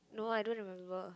no I don't remember